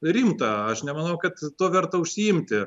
rimta aš nemanau kad tuo verta užsiimti